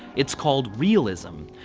it's called realism.